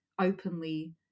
openly